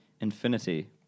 infinity